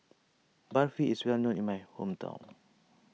Barfi is well known in my hometown